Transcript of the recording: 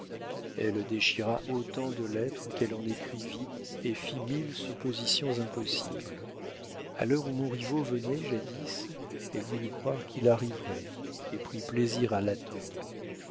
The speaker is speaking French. elle déchira autant de lettres qu'elle en écrivit et fit mille suppositions impossibles a l'heure où montriveau venait jadis elle voulut croire qu'il arriverait et prit plaisir à l'attendre